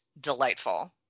delightful